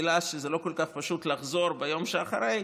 גילה שלא כל כך פשוט לחזור ביום שאחרי,